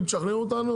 אם תשכנעו אותנו